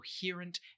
coherent